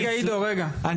זה בכלל לא מספיק.